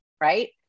right